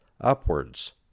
upwards